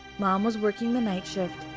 mom was working the night shift,